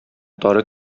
тары